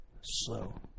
slow